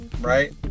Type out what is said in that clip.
right